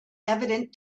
evident